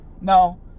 No